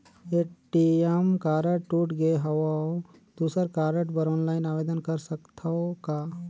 ATM card टूट गे हववं दुसर कारड बर ऑनलाइन आवेदन कर सकथव का?